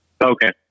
Okay